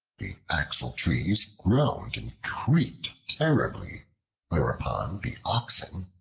the axle-trees groaned and creaked terribly whereupon the oxen,